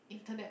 internet